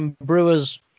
Brewers